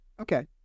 Okay